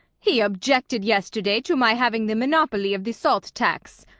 he objected yesterday to my having the monopoly of the salt tax.